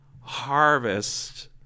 harvest